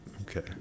Okay